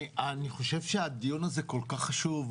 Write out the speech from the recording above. אני חושב שהדיון הזה כל-כך חשוב,